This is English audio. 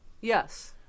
Yes